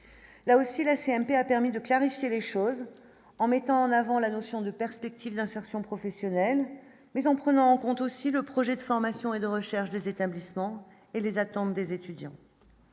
a aussi la CMP a permis de clarifier les choses, en mettant en avant la notion de perspectives d'insertion professionnelle, mais en prenant en compte aussi le projet de formation et de recherche des établissements et les attentes des étudiants.